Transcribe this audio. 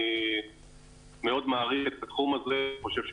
אני מאוד מעריך את התחום הזה וחושב שהוא